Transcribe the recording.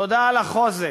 תודה על החוזק,